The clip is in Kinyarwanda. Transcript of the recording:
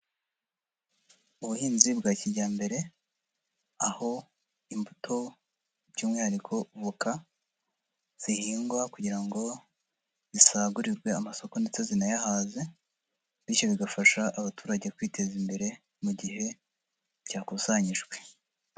Ubuhinzi bwa kijyambere aho imbuto by'umwihariko voka zihingwa kugira ngo zisagurirwe amasoko ndetse zinayahaze, bityo bigafasha abaturage kwiteza imbere mu gihe byakusanyijwe.